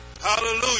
Hallelujah